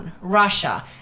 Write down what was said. Russia